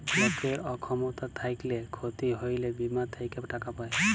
লকের অক্ষমতা থ্যাইকলে ক্ষতি হ্যইলে বীমা থ্যাইকে টাকা পায়